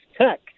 tech